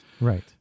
Right